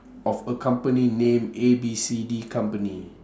of a company named A B C D company